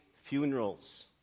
funerals